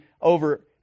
over